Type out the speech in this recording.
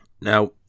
Now